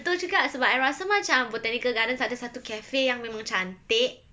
betul juga sebab I rasa macam botanical gardens ada satu cafe yang memang cantik